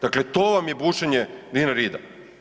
Dakle to vam je bušenje Dinarida.